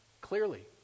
clearly